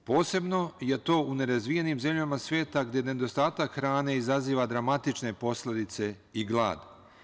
Posebno je to u nerazvijenim zemljama sveta gde nedostatak hrane izaziva dramatične posledice i glad.